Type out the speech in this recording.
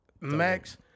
Max